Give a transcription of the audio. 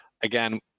again